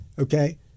Okay